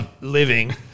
living